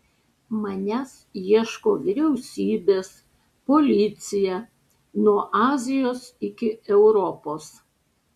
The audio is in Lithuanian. manęs ieško vyriausybės policija nuo azijos iki europos